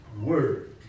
word